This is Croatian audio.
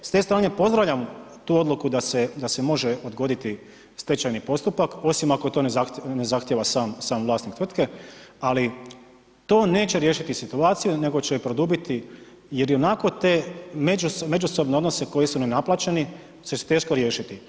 S te strane pozdravljam tu odluku da se, da se može odgoditi stečajni postupak osim ako to ne zahtjeva sam vlasnik tvrtke, ali to neće riješiti situaciju nego će je produbiti jer ionako te međusobne odnose koji su nenaplaćene će teško riješiti.